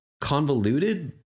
convoluted